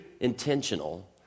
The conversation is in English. intentional